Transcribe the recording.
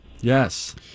Yes